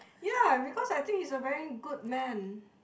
ya because I think he's a very good man